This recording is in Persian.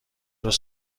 روز